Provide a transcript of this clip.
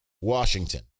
Washington